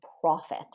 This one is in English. profit